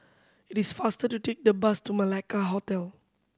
it is faster to take the bus to Malacca Hotel